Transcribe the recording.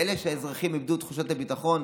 פלא שאזרחים איבדו את תחושת הביטחון?